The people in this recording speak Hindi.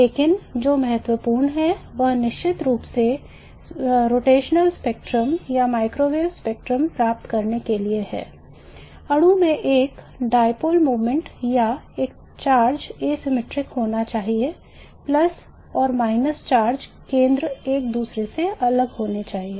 लेकिन जो महत्वपूर्ण है वह निश्चित रूप से घूर्णी स्पेक्ट्रम या माइक्रोवेव स्पेक्ट्रम प्राप्त करने के लिए है अणु में एक स्थायी dipole moment या एक चार्ज asymmetric होना चाहिए प्लस और माइनस चार्ज केंद्र एक दूसरे से अलग होने चाहिए